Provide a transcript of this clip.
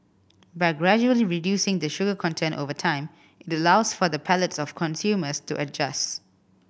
by gradually reducing the sugar content over time it allows for the palates of consumers to adjust